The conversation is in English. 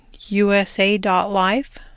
USA.life